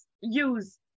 use